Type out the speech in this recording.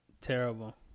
Terrible